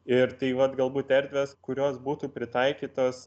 ir tai vat galbūt erdvės kurios būtų pritaikytos